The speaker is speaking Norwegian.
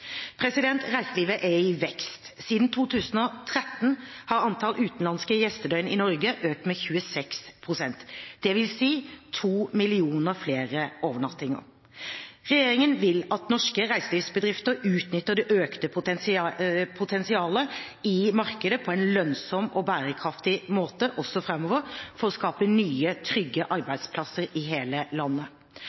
Reiselivet er i vekst. Siden 2013 har antall utenlandske gjestedøgn i Norge økt med 26 pst., dvs. 2 millioner flere overnattinger. Regjeringen vil at norske reiselivsbedrifter utnytter det økte potensialet i markedet på en lønnsom og bærekraftig måte også framover – for å skape nye trygge arbeidsplasser i hele landet.